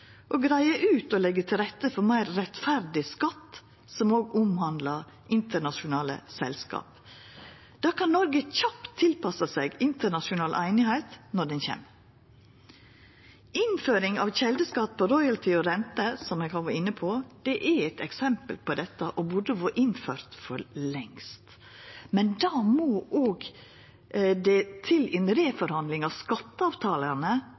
å greia ut og leggja til rette for meir rettferdig skatt som òg omhandlar internasjonale selskap. Då kan Noreg kjapt tilpassa seg internasjonal einigheit når ho kjem. Innføring av kjeldeskatt på royalty og renter, som eg var inne på, er eit eksempel på dette og burde ha vore innført for lengst. Då må det òg til reforhandling av skatteavtalane